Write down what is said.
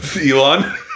Elon